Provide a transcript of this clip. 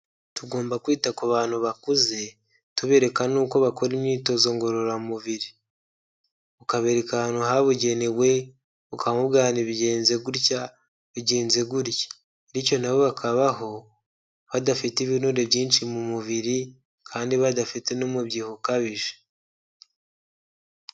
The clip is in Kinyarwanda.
Tugomba kwita ku bantu bakuze tubereka nuko bakora imyitozo ngororamubiri, ukabereka ahantu habugenewe ukamubwira nti bigenze gutya, bigenze gutya bityo, nabo bakabaho badafite ibinure byinshi mu mubiri kandi badafite n'umubyibuho ukabije.